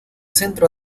centro